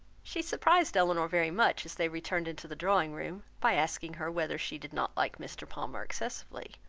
she surprised elinor very much as they returned into the drawing-room, by asking her whether she did not like mr. palmer excessively.